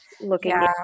looking